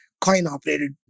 coin-operated